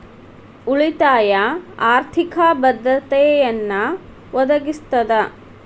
ಉಳಿತಾಯ ಆರ್ಥಿಕ ಭದ್ರತೆಯನ್ನ ಒದಗಿಸ್ತದ